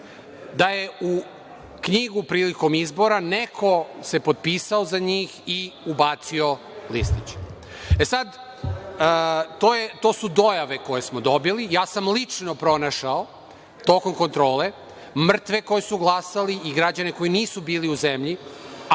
da je u knjigu prilikom izbora neko se potpisao za njih i ubacio listić. To su dojave koje smo dobili. Ja sam lično pronašao, tokom kontrole, mrtve koji su glasali i građane koji nisu bili u zemlji,